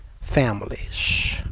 families